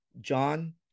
John